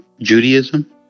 judaism